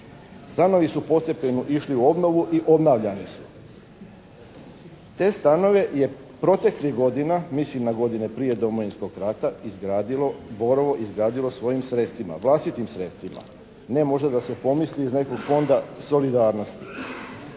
Stanovi su postepeno išli u obnovu i obnavljani su. Te stanove je proteklih godina, mislim na godine prije Domovinskog rata, "Borovo" izgradilo svojim sredstvima, vlastitim sredstvima. Ne možda da se pomisli iz nekog fonda solidarnosti.